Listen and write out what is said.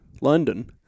London